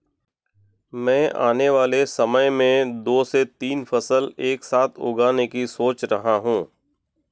मैं आने वाले समय में दो से तीन फसल एक साथ उगाने की सोच रहा हूं